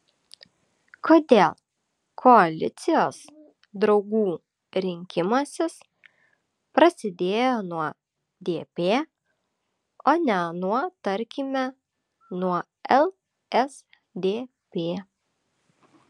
kodėl koalicijos draugų rinkimasis prasidėjo nuo dp o ne nuo tarkime nuo lsdp